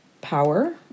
power